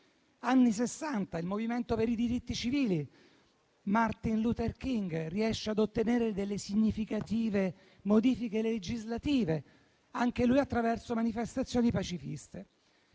e al movimento per i diritti civili. Martin Luther King riesce a ottenere significative modifiche legislative, anche lui attraverso manifestazioni pacifiste.